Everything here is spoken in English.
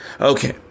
Okay